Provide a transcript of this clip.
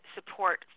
Support